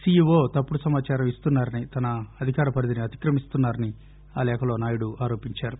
CEO తప్పుడు సమాచారం ఇస్తున్సారని తన అధికార పరిధిని అతిక్రమిస్తున్నా రని ఆ లేఖలో నాయుడు ఆరోపించారు